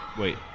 Wait